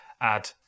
add